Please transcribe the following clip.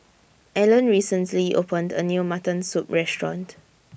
Alan recently opened A New Mutton Soup Restaurant